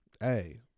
Hey